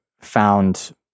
found